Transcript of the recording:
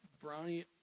brownie